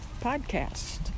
Podcast